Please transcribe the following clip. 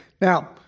now